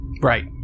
Right